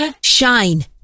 Shine